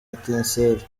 etincelles